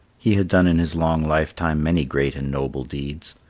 he had done in his long lifetime many great and noble deeds.